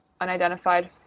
unidentified